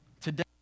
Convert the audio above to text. today